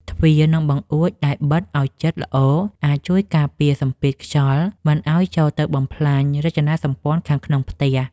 ទ្វារ និងបង្អួចដែលបិទឱ្យជិតល្អអាចជួយការពារសម្ពាធខ្យល់មិនឱ្យចូលទៅបំផ្លាញរចនាសម្ព័ន្ធខាងក្នុងផ្ទះ។